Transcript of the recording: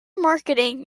marketing